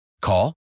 Call